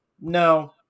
no